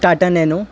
Tata nano